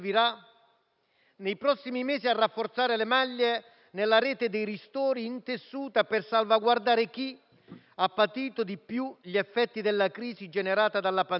nei prossimi mesi a rafforzare le maglie nella rete dei ristori intessuta per salvaguardare chi ha patito di più gli effetti della crisi generata dalla pandemia.